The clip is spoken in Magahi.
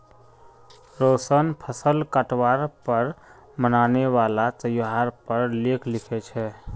रोशन फसल काटवार पर मनाने वाला त्योहार पर लेख लिखे छे